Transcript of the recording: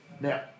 now